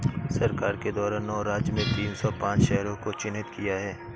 सरकार के द्वारा नौ राज्य में तीन सौ पांच शहरों को चिह्नित किया है